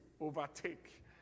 overtake